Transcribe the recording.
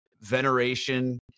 veneration